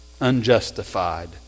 unjustified